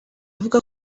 avuga